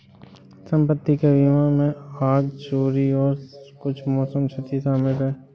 संपत्ति का बीमा में आग, चोरी और कुछ मौसम क्षति शामिल है